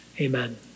Amen